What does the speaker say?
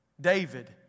David